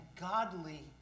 godly